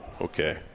okay